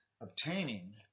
obtaining